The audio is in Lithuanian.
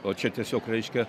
o čia tiesiog reiškia